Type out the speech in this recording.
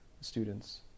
students